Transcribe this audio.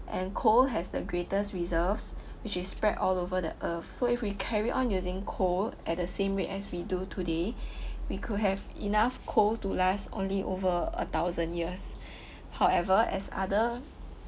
and coal has the greatest reserves which is spread all over the earth so if we carry on using coal at the same rate as we do today we could have enough coal to last only over a thousand years however as other